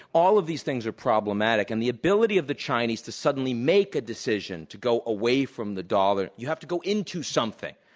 all of these things are problematic, and the ability of the chinese to suddenly make a decision to go away from the dollar, you have to go into something.